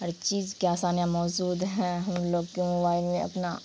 ہر چیز کے آسانیاں موجود ہیں ہم لوگ کے موبائل میں اپنا